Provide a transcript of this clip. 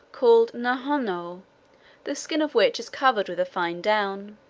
called nnuhnoh, the skin of which is covered with a fine down.